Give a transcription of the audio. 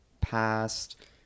past